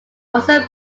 also